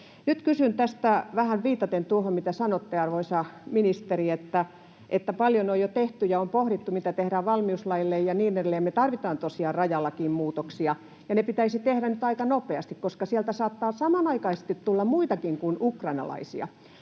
Nyt kysyn tästä vähän viitaten tuohon, mitä sanoitte, arvoisa ministeri, että paljon on jo tehty ja on pohdittu, mitä tehdään valmiuslaille ja niin edelleen. Me tarvitaan tosiaan rajalakiin muutoksia, ja ne pitäisi tehdä nyt aika nopeasti, koska sieltä saattaa samanaikaisesti tulla muitakin kuin ukrainalaisia.